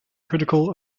critical